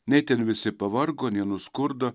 nei ten visi pavargo nei nuskurdo